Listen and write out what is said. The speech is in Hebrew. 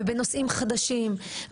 ובנושאים חדשים,